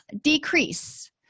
Decrease